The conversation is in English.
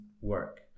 work